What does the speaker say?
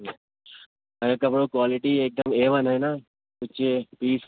کپڑوں کوالٹی ایک دم اے ون ہے نا کچے پیس